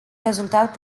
rezultat